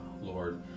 Lord